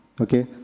okay